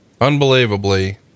Unbelievably